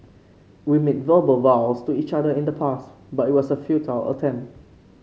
we made verbal vows to each other in the past but it was a futile attempt